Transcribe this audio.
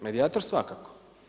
Medijator svakako.